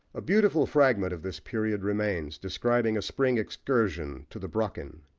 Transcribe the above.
a beautiful fragment of this period remains, describing a spring excursion to the brocken.